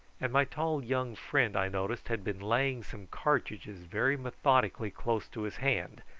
and my tall young friend i noticed had been laying some cartridges very methodically close to his hand,